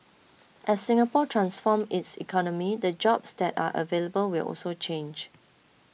as Singapore transforms its economy the jobs that are available will also change